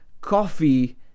coffee